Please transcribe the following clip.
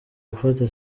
gufata